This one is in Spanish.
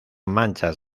manchas